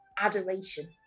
adoration